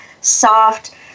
soft